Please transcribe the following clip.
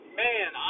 man